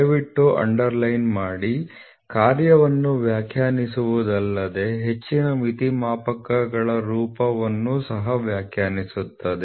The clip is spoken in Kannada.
ದಯವಿಟ್ಟು ಅಂಡರ್ಲೈನ್ ಮಾಡಿ ಕಾರ್ಯವನ್ನು ವ್ಯಾಖ್ಯಾನಿಸುವುದಲ್ಲದೆ ಹೆಚ್ಚಿನ ಮಿತಿ ಮಾಪಕಗಳ ರೂಪವನ್ನೂ ಸಹ ವ್ಯಾಖ್ಯಾನಿಸುತ್ತದೆ